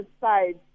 side